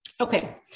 Okay